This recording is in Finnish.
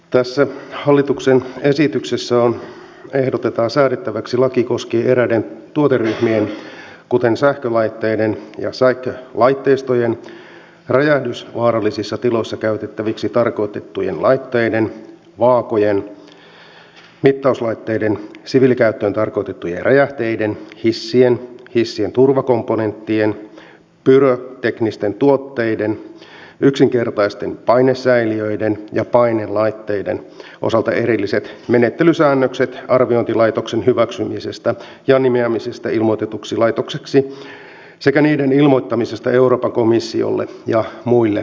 tässä hallituksen esityksessä ehdotetaan säädettäväksi laki koskien eräiden tuoteryhmien kuten sähkölaitteiden ja sähkölaitteistojen räjähdysvaarallisissa tiloissa käytettäviksi tarkoitettujen laitteiden vaakojen mittauslaitteiden siviilikäyttöön tarkoitettujen räjähteiden hissien hissien turvakomponenttien pyroteknisten tuotteiden yksinkertaisten painesäiliöiden ja painelaitteiden erillisiä menettelysäännöksiä arviointilaitoksen hyväksymisestä ja nimeämisestä ilmoitetuksi laitokseksi sekä niiden ilmoittamisesta euroopan komissiolle ja muille jäsenmaille